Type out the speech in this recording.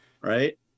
Right